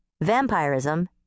Vampirism